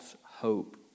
hope